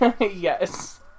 Yes